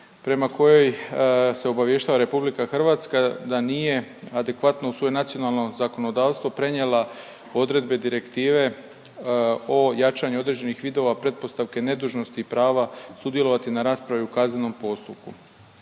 prema kojoj se obavještava RH da nije adekvatno u svoje nacionalno zakonodavstvo prenijela odredbe Direktive o jačanju određenih vidova pretpostavke nedužnosti i prava sudjelovati na raspravi u kaznenom postupku.